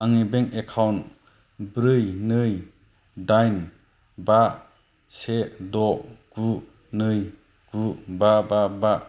आंनि bank account ब्रै नै दाइन बा से द' गु नै गु बा बा बा